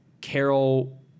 Carol